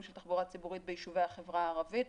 של תחבורה ציבורית ביישובי החברה הערבית,